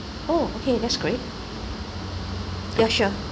oh okay that's great ya sure